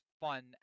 fun